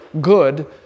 good